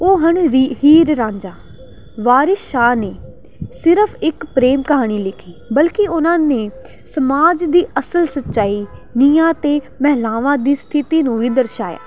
ਉਹ ਹਨ ਰੀ ਹੀਰ ਰਾਂਝਾ ਵਾਰਿਸ ਸ਼ਾਹ ਨੇ ਸਿਰਫ ਇੱਕ ਪ੍ਰੇਮ ਕਹਾਣੀ ਲਿਖੀ ਬਲਕਿ ਉਹਨਾਂ ਨੇ ਸਮਾਜ ਦੀ ਅਸਲ ਸੱਚਾਈ ਦੁਨੀਆ 'ਤੇ ਮਹਿਲਾਵਾਂ ਦੀ ਸਥਿਤੀ ਨੂੰ ਵੀ ਦਰਸਾਇਆ